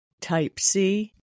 Type-C